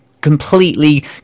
completely